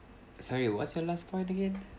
sorry what's your last point again